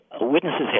witnesses